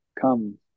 come